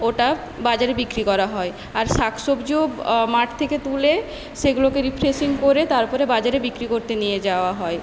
ওটা বাজারে বিক্রি করা হয় আর শাক সবজিও মাঠ থেকে তুলে সেগুলোকে রিফ্রেসিং করে তারপরে বাজারে বিক্রি করতে নিয়ে যাওয়া হয়